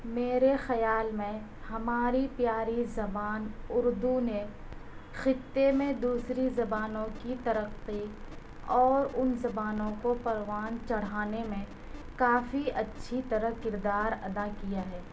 میرے خیال میں ہماری پیاری زبان اردو نے خطے میں دوسری زبانوں کی ترقی اور ان زبانوں کو پروان چڑھانے میں کافی اچھی طرح کردار ادا کیا ہے